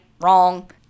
Wrong